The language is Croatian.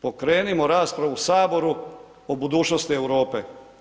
Pokrenimo raspravu u Saboru o budućnosti Europe.